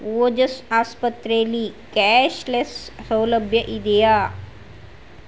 ಓಜಸ್ ಆಸ್ಪತ್ರೇಲಿ ಕ್ಯಾಷ್ಲೆಸ್ ಸೌಲಭ್ಯ ಇದೆಯಾ